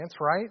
right